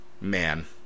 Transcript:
man